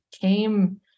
came